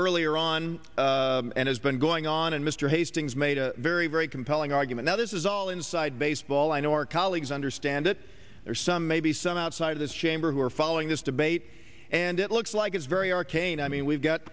earlier on and has been going on and mr hastings made a very very compelling argument that this is all inside baseball i know our colleagues understand that there are some maybe some outside of this chamber who are following this debate and it looks like it's very arcane i mean we've got